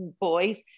boys